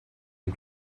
you